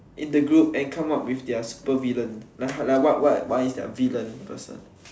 in the group and come up with their super villain like how what what what is their villain person